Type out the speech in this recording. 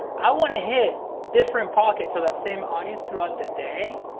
i wanna hit different pockets of that same audience throughout the day.